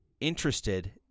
interested